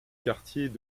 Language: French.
quartiers